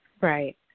right